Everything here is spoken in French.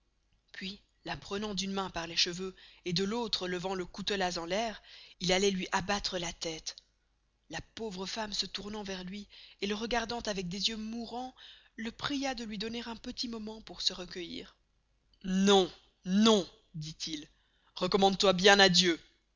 puis la prenant d'une main par les cheveux et de l'autre levant le coutelas en l'air il alloit luy abattre la teste la pauvre femme se tournant vers luy et le regardant avec des yeux mourans le pria de luy donner un petit moment pour se recueillir non non dit-il recommande toy bien à dieu